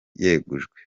yegujwe